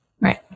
Right